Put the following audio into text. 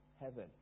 heaven